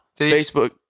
Facebook